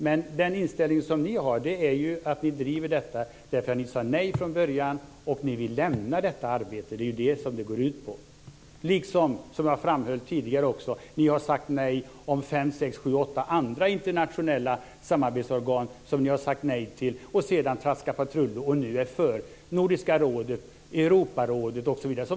Men den inställning som ni har är ju att ni driver detta därför att ni sade nej från början och därför att ni vill lämna detta arbete. Det är ju detta som det går ut på, liksom, som jag tidigare framhöll, att ni har sagt nej till fem, sex, sju eller åtta andra internationella samarbetsorgan och sedan traskat patrull och nu är för - Nordiska rådet, Europarådet, osv.